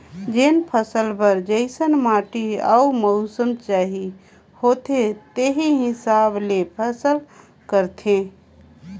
जेन फसल बर जइसन माटी अउ मउसम चाहिए होथे तेही हिसाब ले फसल करथे